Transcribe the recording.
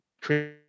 create